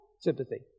sympathy